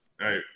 Hey